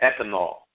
ethanol